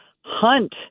hunt